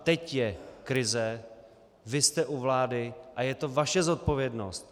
Teď je krize, vy jste u vlády a je to vaše zodpovědnost.